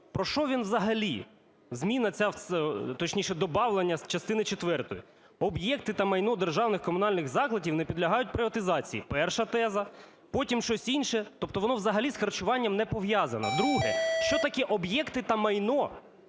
Про що він взагалі, зміна ця, точніше, добавлення з частини четвертої? Об'єкти та майно державних комунальних закладів не підлягають приватизації – перша теза, потім щось інше. Тобто воно взагалі з харчуванням не пов'язане. Друге. Що таке об'єкти та майно